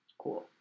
cool